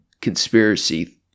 conspiracy